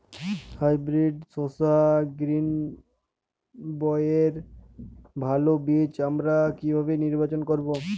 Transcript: Hybrid শসা গ্রীনবইয়ের ভালো বীজ আমরা কিভাবে নির্বাচন করব?